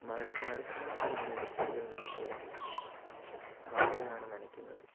മഴ മഴക്കാലത്ത് ഞാനെൻ്റെ ചെടികൾ നനയ്ക്കാറില്ല മഴയാണ് നനയ്ക്കുന്നത്